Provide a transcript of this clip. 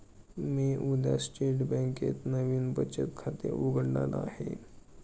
मी उद्या स्टेट बँकेत नवीन बचत खाते उघडणार आहे